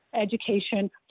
education